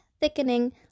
thickening